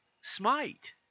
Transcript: Smite